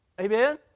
Amen